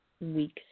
week's